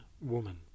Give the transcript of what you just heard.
woman